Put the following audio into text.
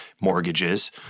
mortgages